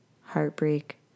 heartbreak